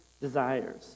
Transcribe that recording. desires